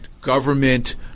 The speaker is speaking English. government